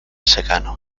secano